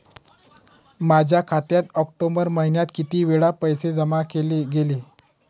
माझ्या खात्यात ऑक्टोबर महिन्यात किती वेळा पैसे जमा केले गेले?